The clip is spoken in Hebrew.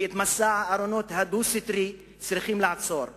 ואת מסע הארונות הדו-סטרי צריכים לעצור כולנו,